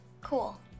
Cool